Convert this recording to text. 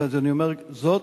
ואני אומר זאת